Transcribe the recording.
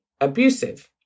abusive